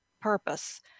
purpose